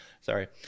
Sorry